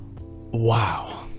wow